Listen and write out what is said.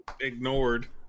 Ignored